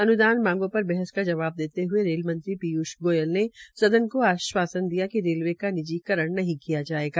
अन्दान मांगो पर बहस का जवाब देते हये रेल मंत्री पीयूष गोयल ने सदन को आश्वासन दिया कि रेलवे का निजीकरण नहीं किया जायेगा